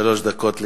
שלוש דקות לכבודו.